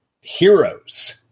heroes